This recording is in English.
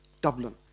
Dublin